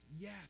Yes